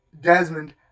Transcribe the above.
Desmond